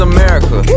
America